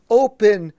open